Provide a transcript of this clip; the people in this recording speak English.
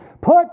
Put